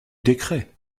décret